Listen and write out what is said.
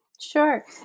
Sure